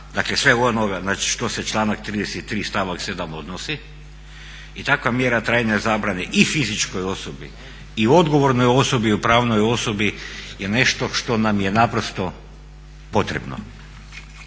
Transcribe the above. dakle svega onoga što se članak 33. stavak 7. odnosi i takva mjera trajanje zabrane i fizičkoj osobi i odgovornoj osobi u pravnoj osobi je nešto što nam je naprosto potrebno.